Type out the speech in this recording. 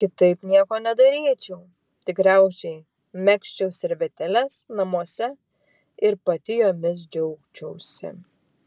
kitaip nieko nedaryčiau tikriausiai megzčiau servetėles namuose ir pati jomis džiaugčiausi